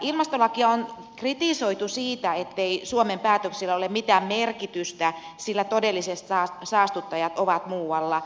ilmastolakia on kritisoitu siitä ettei suomen päätöksillä ole mitään merkitystä sillä todelliset saastuttajat ovat muualla